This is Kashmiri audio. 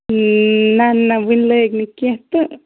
یی نہَ نہَ ؤنہِ لٲگۍ نہٕ کیٚنٛہہ تہٕ